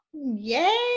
Yay